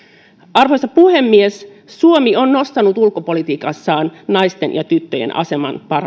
arvoisa puhemies suomi on nostanut ulkopolitiikassaan naisten ja tyttöjen aseman